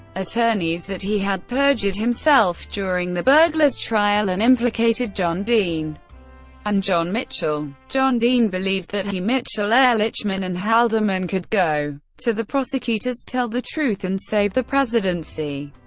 attorneys that he had perjured himself during the burglars' trial, and implicated john dean and john mitchell. john dean believed that he, mitchell, ehrlichman, and haldeman could go to the prosecutors, tell the truth, and save the presidency.